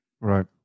Right